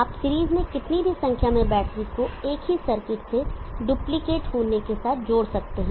आप सीरीज में कितनी भी संख्या में बैटरी को एक ही सर्किट से डुप्लिकेट होने के साथ जोड़ सकते हैं